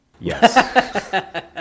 Yes